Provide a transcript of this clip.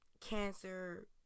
cancer